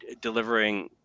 delivering